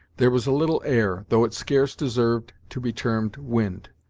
there was a little air, though it scarce deserved to be termed wind.